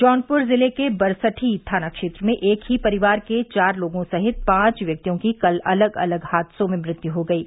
जौनप्र जिले के बरसठी थाना क्षेत्र में एक ही परिवार के चार लोगों समेत पांच व्यक्तियों की कल अलग अलग हादसों में मृत्यु हो गयी